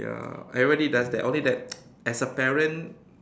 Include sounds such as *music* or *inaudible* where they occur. ya everybody does that only that *noise* as a parent